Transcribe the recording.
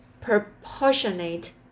proportionate